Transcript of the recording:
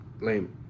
Lame